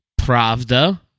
Pravda